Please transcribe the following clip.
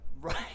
Right